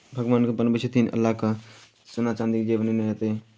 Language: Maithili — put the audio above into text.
भगवानके अपन बनबै छथिन अल्लाहके सोना चाँदी जे बनओने हेथिन